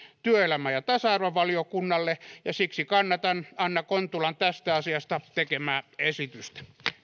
työelämä ja tasa arvovaliokunnalle ja siksi kannatan anna kontulan tästä asiasta tekemää esitystä